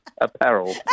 apparel